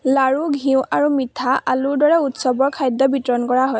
লাড়ু ঘিউ আৰু মিঠা আলুৰ দৰে উৎসৱৰ খাদ্য বিতৰণ কৰা হয়